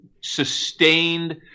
sustained